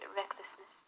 recklessness